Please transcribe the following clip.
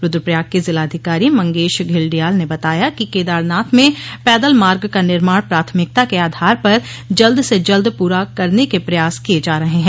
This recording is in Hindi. रुद्रप्रयाग के जिलाधिकारी मंगेश घिल्डियाल ने बताया कि केदारनाथ में पैदल मार्ग का निर्माण प्राथमिकता के आधार पर जल्द से जल्द प्रा करने के प्रयास किए जा रहे हैं